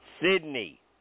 Sydney